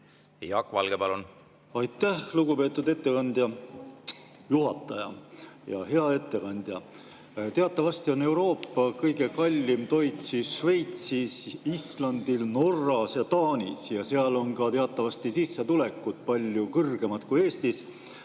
Jaak Valge, palun! Aitäh, lugupeetud juhataja! Hea ettekandja! Teatavasti on Euroopa kõige kallim toit Šveitsis, Islandil, Norras ja Taanis. Seal on teatavasti ka sissetulekud palju kõrgemad kui Eestis.